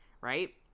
right